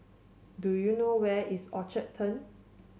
do you know where is Orchard Turn